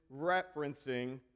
referencing